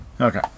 Okay